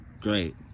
Great